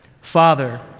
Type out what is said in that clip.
Father